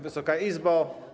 Wysoka Izbo!